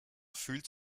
fühlt